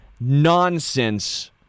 nonsense